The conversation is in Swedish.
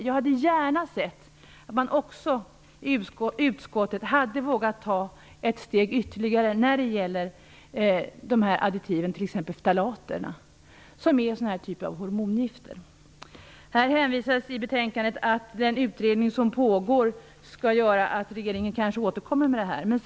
Jag hade gärna sett att utskottet hade vågat ta ytterligare ett steg när det gäller additiven, t.ex. ftalaterna, som är just en typ av hormongifter. Det sägs i betänkandet att en utredning pågår och att regeringen kanske därför återkommer i frågan.